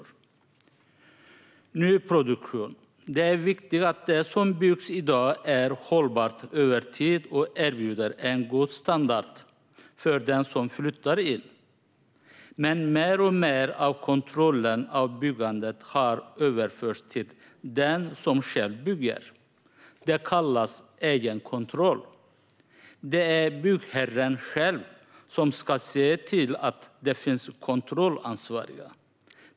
När det gäller nyproduktion är det viktigt att det som byggs i dag är hållbart över tid och erbjuder en god standard för den som flyttar in. Men mer och mer av kontrollen av byggandet har överförts till den som själv bygger. Det kallas egenkontroll. Det är byggherren själv som ska se till att det finns kontrollansvariga.